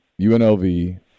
UNLV